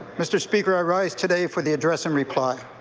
mr. speaker, i rise today for the address and reply.